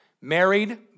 Married